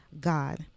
God